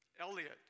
Elliot